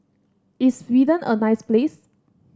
is Sweden a nice place